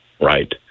right